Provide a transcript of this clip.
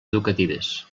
educatives